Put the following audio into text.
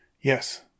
Yes